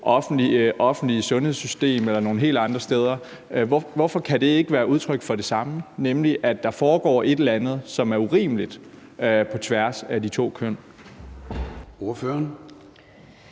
offentlige sundhedssystem eller nogle helt andre steder, ikke være udtryk for det samme, nemlig at der foregår et eller andet, som er urimeligt, på tværs af de to køn? Kl.